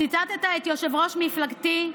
ציטטת את יושב-ראש מפלגתי,